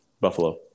Buffalo